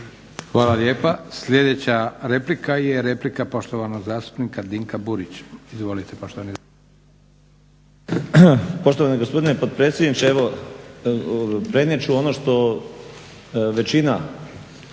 Hvala lijepa. Sljedeća replika, je replika poštovanog zastupnika Dinka Burića. Izvolite poštovani